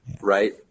right